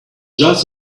just